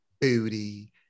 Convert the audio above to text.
booty